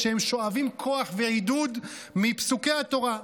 כשהם שואבים כוח ועידוד מפסוקי התורה.